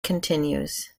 continues